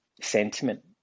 sentiment